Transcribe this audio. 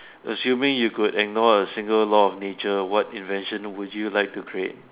assuming you could ignore a single law of nature what invention would you like to create